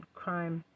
crime